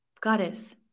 goddess